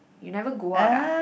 you never go out ah